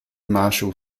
marshal